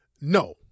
No